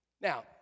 Now